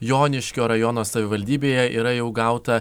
joniškio rajono savivaldybėje yra jau gauta